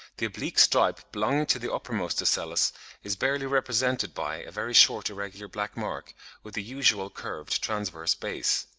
the oblique stripe belonging to the uppermost ocellus is barely represented by a very short irregular black mark with the usual, curved, transverse base.